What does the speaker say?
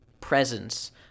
presence